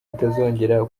itazongera